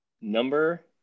Number